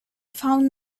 found